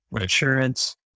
insurance